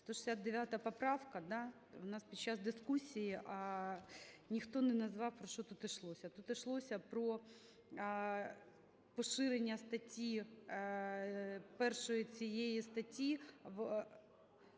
169 поправка. В нас під час дискусії ніхто не назвав, про що тут ішлося. Тут ішлося про поширення статті першої, цієї статті